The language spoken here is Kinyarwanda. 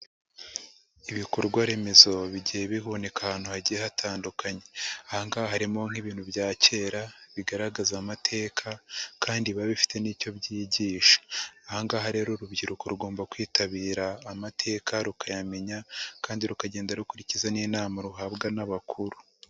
Ibikorwa remezo bigiye biboneka ahantu hagiye hatandukanye, aha ngaha harimo nk'ibintu bya kera bigaragaza amateka kandi biba bifite n'icyo byigisha, aha ngaha rero urubyiruko rugomba kwitabira amateka rukayamenya kandi rukagenda rukurikiza n'inama ruhabwa n'abakuru.